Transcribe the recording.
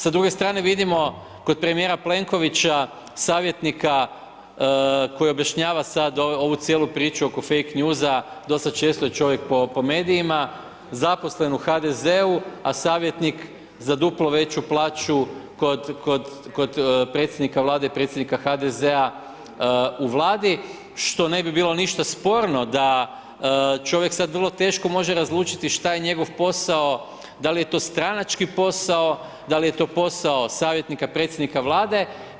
S druge strane vidimo kod premijera Plenkovića, savjetnika koji objašnjava sad ovu cijelu priču oko fake news-a dosta često je čovjek po medijima, zaposlen u HDZ-u a savjetnik za duplo veću plaću kod predsjednika Vlade i predsjednika HDZ-a u Vladi, što ne bi bilo ništa sporno da, čovjek sada vrlo teško može razlučiti šta je njegov posao, da li je to stranački posao, da li je to posao savjetnika predsjednika Vlade.